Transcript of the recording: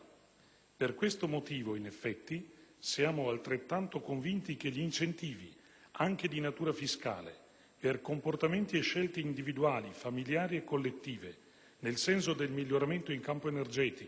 Per questo stesso motivo, in effetti, siamo altrettanto convinti che gli incentivi, anche di natura fiscale, per comportamenti e scelte individuali, familiari o collettive nel senso del miglioramento in campo energetico,